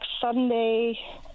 Sunday